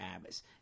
Abbas